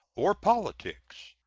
or politics,